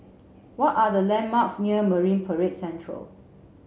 what are the landmarks near Marine Parade Central